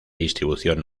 distribución